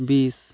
ᱵᱤᱥ